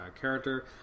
character